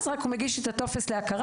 אז רק הוא מגיש את הטופס להכרה.